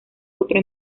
otro